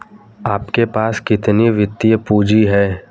आपके पास कितनी वित्तीय पूँजी है?